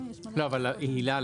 אבל הילה,